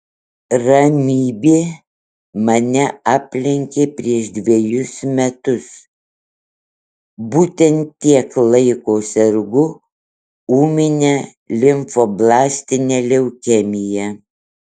ramybė mane aplenkė prieš dvejus metus būtent tiek laiko sergu ūmine limfoblastine leukemija